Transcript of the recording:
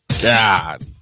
God